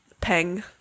Peng